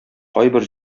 кайбер